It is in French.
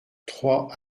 trois